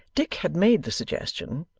dick had made the suggestion,